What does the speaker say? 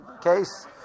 case